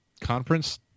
conference